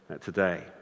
today